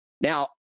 now